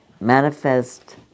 manifest